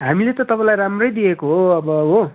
हामीले त तपाईँलाई राम्रै दिएको हो अब हो